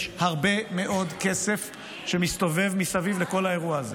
יש הרבה מאוד כסף שמסתובב מסביב לכל האירוע הזה,